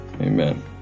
Amen